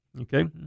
okay